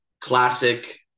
classic